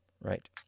right